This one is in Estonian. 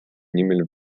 nimel